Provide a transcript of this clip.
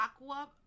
aqua